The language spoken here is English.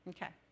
Okay